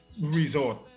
resort